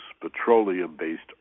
petroleum-based